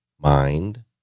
Mind